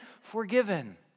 forgiven